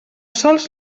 sols